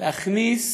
להכניס